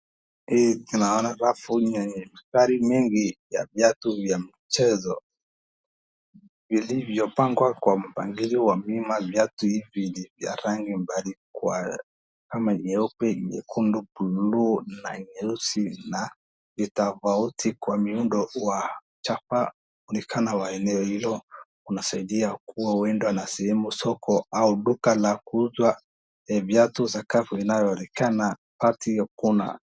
Hii tunaona rafu yenye dari nyingi ya viatu vya mchezo vilivyopangwa kwa mpangilio wa bima, viatu hivi ni vya rangi mbali kama nyeupe, nyekundu, buluu, na nyeusi na ni tofauti kw miundo wa chapa kulingana na eneo hilo unasiaidia kuwa huenda ni sehemu ya soko au duka la kuuza viatu za kavu inayoonekana kati ya kuna.